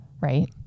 Right